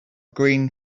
green